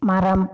மரம்